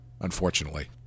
unfortunately